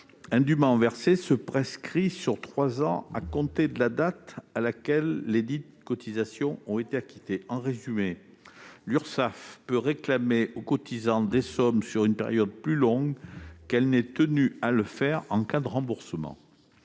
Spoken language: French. indûment versées se prescrit sur trois ans à compter de la date à laquelle lesdites cotisations ont été acquittées. En résumé, l'Urssaf peut réclamer aux cotisants des sommes sur une période plus longue que le délai auquel elle est elle-même soumise en cas de remboursement.